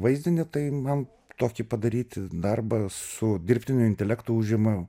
vaizdinį tai man tokį padaryti darbą su dirbtiniu intelektu užima